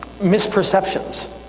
misperceptions